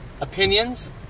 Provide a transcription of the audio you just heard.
opinions